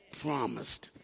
promised